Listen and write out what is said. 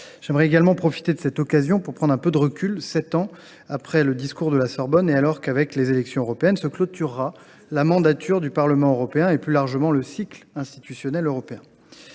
Je souhaite également profiter de cette occasion pour prendre un peu de recul, sept ans après le discours de la Sorbonne, et alors que, avec les élections européennes, se clôtureront la mandature du Parlement européen et, plus largement, le cycle institutionnel européen.